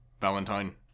Valentine